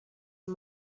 and